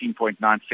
18.96